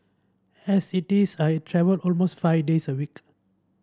as it is I travel almost five days a week